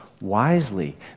wisely